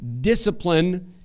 discipline